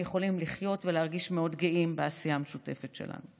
יכולים לחיות ולהרגיש מאוד גאים בעשייה המשותפת שלנו.